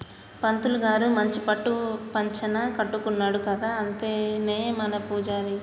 పంతులు గారు మంచి పట్టు పంచన కట్టుకున్నాడు కదా అతనే మన పూజారి